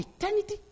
eternity